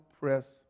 press